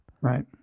Right